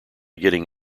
getting